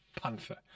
panther